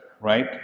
right